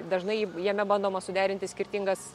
dažnai jame bandoma suderinti skirtingas